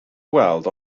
weld